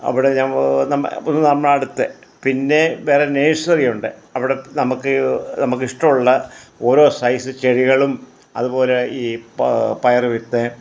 അവിടെ ഞാൻ നമ്മൾ ഇപ്പം നമ്മളടുത്തെ പിന്നെ വേറെ നേഴ്സറി ഉണ്ട് അവിടെ നമുക്ക് നമുക്ക് ഇഷ്ടമുള്ള ഓരോ സൈസ് ചെടികളും അതുപോലെ ഈ പ പയർ വിത്ത്